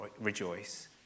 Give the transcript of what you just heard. rejoice